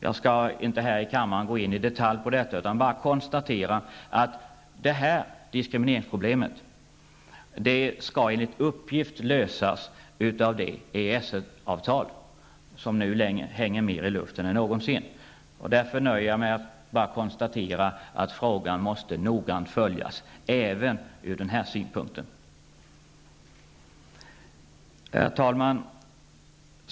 Jag skall inte här i kammaren gå in i detalj på detta utan bara konstatera att detta diskrimineringsproblem enligt uppgift skall lösas genom det EES-avtal som nu mer än någonsin hänger i luften. Jag nöjer mig därför med att konstatera att frågan även ur denna synpunkt noggrant måste följas.